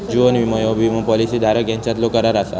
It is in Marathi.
जीवन विमो ह्यो विमो पॉलिसी धारक यांच्यातलो करार असा